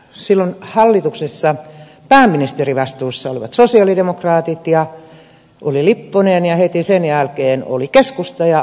silloin hallituksessa pääministerivastuussa olivat sosialidemokraatit ja oli lipponen ja heti sen jälkeen oli keskusta ja oli aho